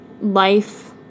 life